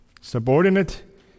subordinate